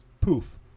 Poof